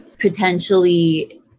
potentially